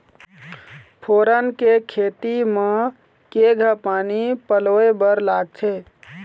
फोरन के खेती म केघा पानी पलोए बर लागथे?